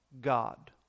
God